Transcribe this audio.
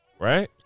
right